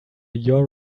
your